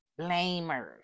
blamers